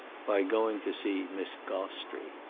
by going to see miss gostrey.